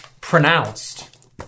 pronounced